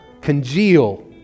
congeal